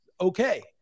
okay